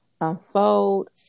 unfold